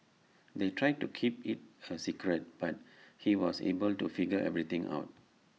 they tried to keep IT A secret but he was able to figure everything out